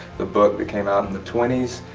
the book that came out in the twenty s,